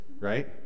Right